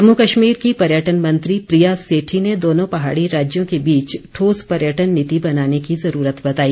जम्मू कश्मीर की पर्यटन मंत्री प्रिया सेठी ने दोनो पहाड़ी राज्यों के बीच ठोस पर्यटन नीति बनाने की जरूरत बताई